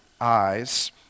eyes